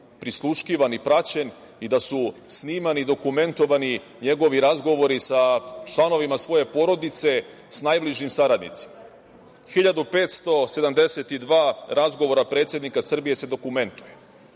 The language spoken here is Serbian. prisluškivan i praćen i da su snimani dokumentovani njegovi razgovori sa članovima svoje porodice sa najbližim saradnicima, 1572 razgovora predsednika Srbije se dokumentuje.